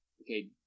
okay